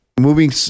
moving